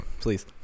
Please